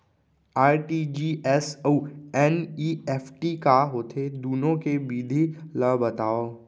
RTGS अऊ NEFT का होथे, दुनो के विधि ला बतावव